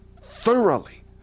thoroughly